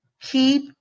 Keep